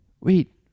wait